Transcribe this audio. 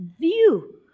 view